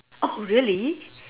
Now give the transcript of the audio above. oh really